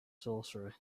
sorcery